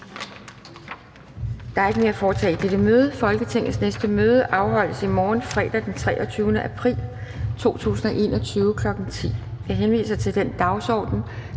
Der er ikke mere at foretage i dette møde. Folketingets næste møde afholdes i morgen, fredag den 23. april 2021, kl. 10.00. Jeg henviser til den dagsorden,